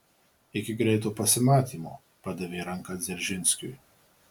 iki greito pasimatymo padavė ranką dzeržinskiui